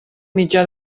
mitjà